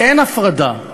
אין הפרדה,